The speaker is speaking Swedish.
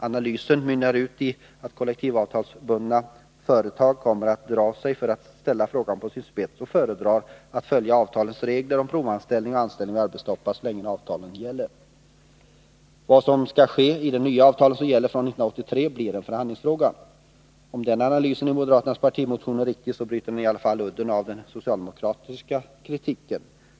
Analysen mynnar ut i att kollektivavtalsbundna företag kommer att dra sig för att ställa frågan på sin spets och föredra att följa avtalens regler om provanställning och anställning vid arbetstoppar så länge avtalen gäller. Vad som skall ske i det nya avtal som skall gälla från 1983 blir en förhandlingsfråga. Om den analysen i moderaternas partimotion är riktig, bryter den udden av den socialdemokratiska kritiken.